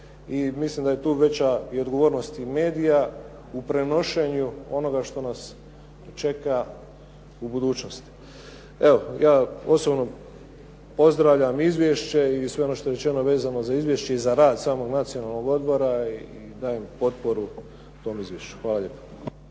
mislim da je tu veća i odgovornost i medija u prenošenju onoga što nas čeka u budućnosti. Evo, ja osobno pozdravljam izvješće i sve ono što je rečeno vezano za izvješće i za rad samog nacionalnog odbora i dajem potporu tom izvješću. Hvala lijepo.